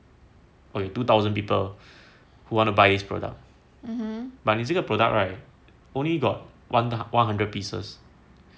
two thousand people who want to buy this product but 你这个 product right only got one hundred pieces